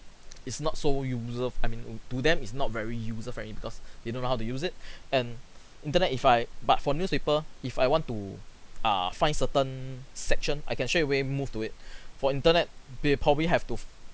it's not so user-f~ I mean to them is not very user-friendly because they don't know how to use it and internet if I but for newspaper if I want to err find certain section I can straight away move to it for internet be probably have to f~